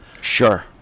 Sure